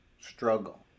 struggle